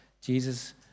Jesus